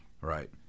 Right